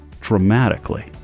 dramatically